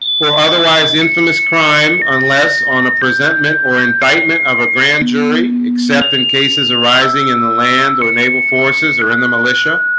or otherwise infamous crime unless on a presentment or indictment of a grand jury except in cases arising in the land or naval forces or in the militia